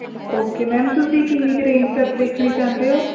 okay ma'am ਤੁਸੀਂ ਕਿੰਨੀ ਕੁ ਰੇਂਜ ਤੱਕ ਦੇਖਣੀ ਚਾਹੁੰਦੇ ਹੋ